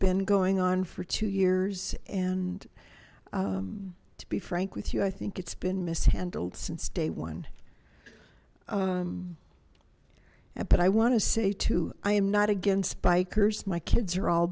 been going on for two years and to be frank with you i think it's been mishandled since day one but i want to say too i am not against bikers my kids are all